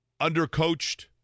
undercoached